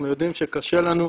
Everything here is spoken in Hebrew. אנחנו יודעים שקשה לנו,